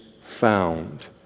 found